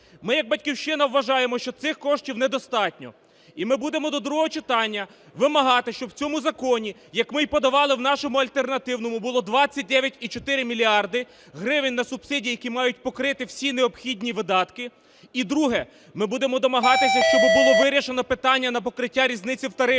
Ми, як "Батьківщина" вважаємо, що цих коштів недостатньо, і ми будемо до другого читання вимагати, щоб у цьому законі, як ми і подавали в нашому альтернативному, було 29,4 мільярда гривень на субсидії, які мають покрити всі необхідні видатки. І друге. Ми будемо домагатися, щоб було вирішено питання на покриття різниці в тарифах.